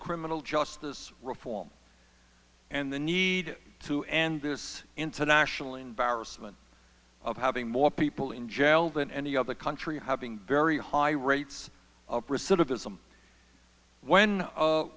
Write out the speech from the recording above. criminal justice reform and the need to end this international embarrassment of having more people in jail than any other country having very high rates of recidivism when